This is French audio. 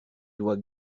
doit